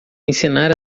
ensinar